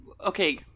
okay